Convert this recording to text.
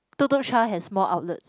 Tuk Tuk Cha has more outlets